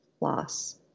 loss